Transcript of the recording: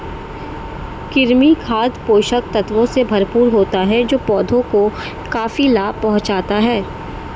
कृमि खाद पोषक तत्वों से भरपूर होता है जो पौधों को काफी लाभ पहुँचाता है